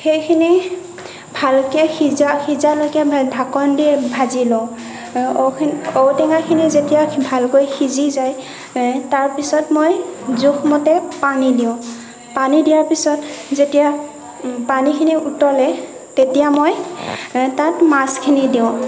সেইখিনি ভালকৈ সিজা সিজালৈকে ঢাকন দি ভাজি লওঁ ঔ ঔটেঙাখিনি যেতিয়া ভালকৈ সিজি যায় তাৰ পিছত মই জোখমতে পানী দিওঁ পানী দিয়াৰ পিছত যেতিয়া পানীখিনি উতলে তেতিয়া মই তাত মাছখিনি দিওঁ